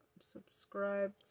subscribed